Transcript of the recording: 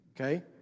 okay